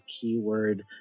keyword